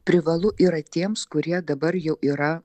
privalu yra tiems kurie dabar jau yra